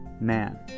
man